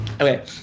Okay